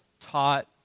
taught